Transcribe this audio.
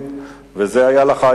אנחנו נכריע בהצבעתנו.